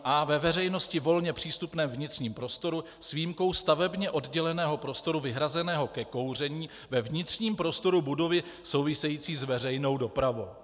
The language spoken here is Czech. a) ve veřejnosti volně přístupném vnitřním prostoru, s výjimkou stavebně odděleného prostoru vyhrazeného ke kouření ve vnitřním prostoru budovy související s veřejnou dopravou.